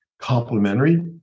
complementary